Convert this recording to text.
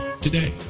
today